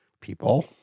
people